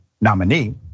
nominee